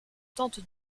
tente